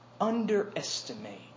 underestimate